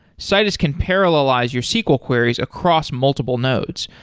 citus can parallelize your sql queries across multiple nodes,